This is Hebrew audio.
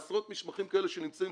עשרות מסמכים כאלה שנמצאים,